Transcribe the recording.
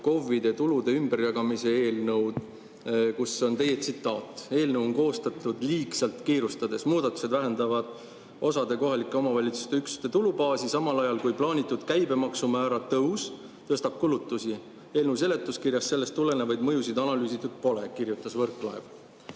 KOV-ide tulude ümberjagamise eelnõu. Seal on teie tsitaat: "Eelnõu on koostatud liigselt kiirustades. Muudatused vähendavad osade kohalike omavalitsuste üksuste tulubaasi, samal ajal kui plaanitud käibemaksu määra tõus tõstab kulutusi. Eelnõu seletuskirjas sellest tulenevaid mõjusid analüüsitud pole."8. mail